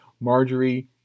Marjorie